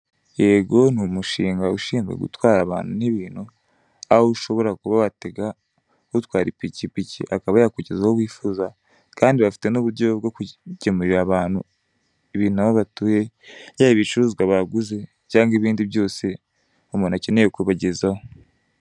Yego ni umushinga ushinzwe gutwara abantu n'ibintu, aho ushobora kuba watega utwara ipikipiki akaba yakugeza aho wifuza kandi bafite n'uburyo bwo kwigemurira abantu ibintu aho batuye, iyaba ibicuruzwa baguze cyangwa ibindi byose umuntu akeneye kubagezaho.